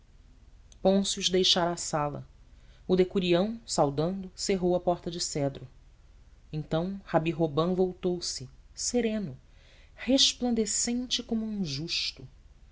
pôncio deixara a sala o decurião saudando cerrou a porta de cedro então rabi robã voltou-se sereno resplandecente como um justo